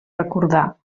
recordar